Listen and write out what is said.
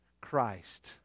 Christ